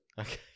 Okay